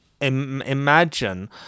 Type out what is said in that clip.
imagine